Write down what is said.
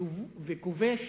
וכובש